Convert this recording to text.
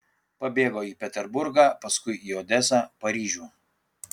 pabėgo į peterburgą paskui į odesą paryžių